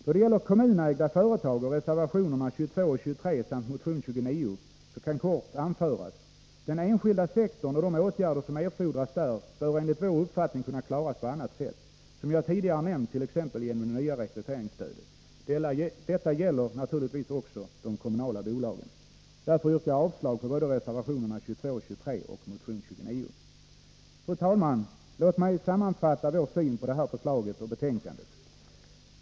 Då det gäller kommunägda företag och reservationerna 22-23 samt motion 29 kan kort anföras: Den enskilda sektorn och de åtgärder som erfordras där bör enligt vår uppfattning kunna klaras på annat sätt, som jag tidigare nämnt t.ex. genom det nya rekryteringsstödet. Detta gäller naturligtvis också de kommunala bolagen. Därför yrkar jag avslag på både reservationerna 22-23 och motion 29. Fru talman! Låt mig sammanfatta vår syn på det här förslaget och betänkandet.